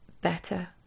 better